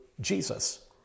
Jesus